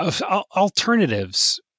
alternatives